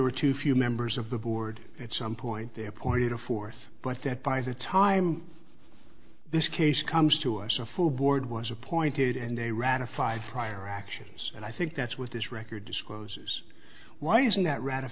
were too few members of the board at some point they appointed a force that by the time this case comes to us a full board was appointed and they ratified prior actions and i think that's what this record discloses why isn't that ra